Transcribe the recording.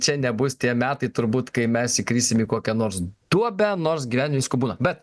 čia nebus tie metai turbūt kai mes įkrisim į kokią nors duobę nors gyvenime visko būna bet